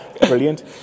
Brilliant